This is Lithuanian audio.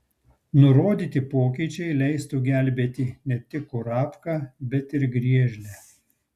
nurodyti pokyčiai leistų gelbėti ne tik kurapką bet ir griežlę